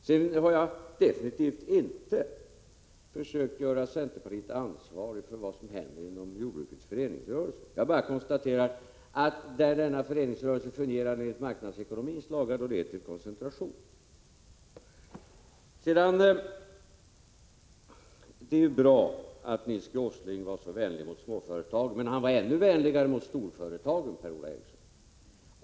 Jag har definitivt inte försökt göra centerpartiet ansvarigt för vad som händer inom jordbrukets föreningsrörelse. Jag bara konstaterar att där denna föreningsrörelse fungerar enligt marknadsekonomins lagar leder det till koncentration. Det var bra att Nils G. Åsling var vänlig mot småföretagen. Men han var ännu vänligare mot storföretagen, Per-Ola Eriksson.